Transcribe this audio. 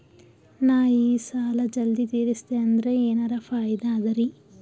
ನಾ ಈ ಸಾಲಾ ಜಲ್ದಿ ತಿರಸ್ದೆ ಅಂದ್ರ ಎನರ ಫಾಯಿದಾ ಅದರಿ?